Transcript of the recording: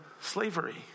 slavery